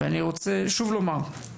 ואני שוב רוצה לומר,